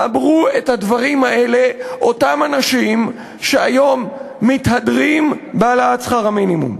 ואמרו את הדברים האלה אותם אנשים שהיום מתהדרים בהעלאת שכר המינימום.